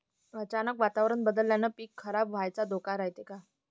अचानक वातावरण बदलल्यानं पीक खराब व्हाचा धोका रायते का?